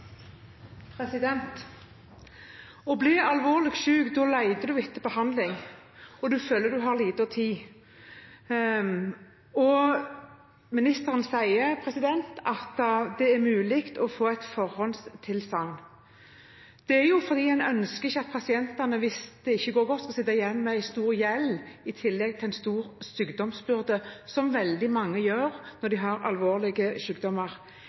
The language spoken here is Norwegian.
alvorlig syk, leter man etter behandling, og man føler at man har liten tid. Ministeren sier at det er mulig å få et forhåndstilsagn. Dette er fordi man ikke ønsker at pasientene, hvis det ikke går godt, skal sitte igjen med stor gjeld i tillegg til en stor sykdomsbyrde – som veldig mange gjør når de har alvorlige